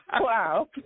Wow